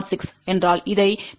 06" என்றால் இதைப் பெற 25